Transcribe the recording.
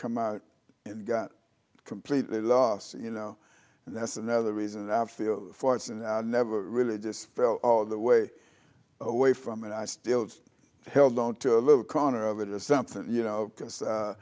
come out and got completely lost you know and that's another reason i feel fortunate i never really just fell all the way away from it i still held on to a little corner of it or something you know